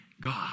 God